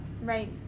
right